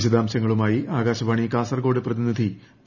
വിശദാംശങ്ങളുമായി ആകാശവാണി കാസർകോട് പ്രതിനിധി പി